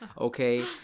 Okay